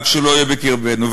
רק שלא יהיה בקרבנו.